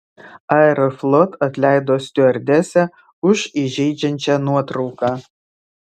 aeroflot atleido stiuardesę už įžeidžiančią nuotrauką